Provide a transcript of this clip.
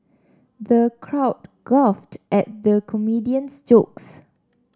the crowd guffawed at the comedian's jokes